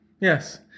yes